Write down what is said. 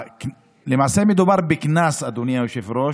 למעשה מדובר בקנס על הקנס, אדוני היושב-ראש.